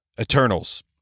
Eternals